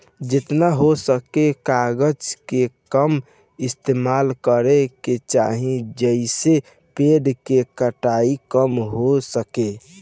जेतना हो सके कागज के कम इस्तेमाल करे के चाही, जेइसे पेड़ के कटाई कम हो सके